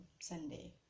Sunday